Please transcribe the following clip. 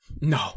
No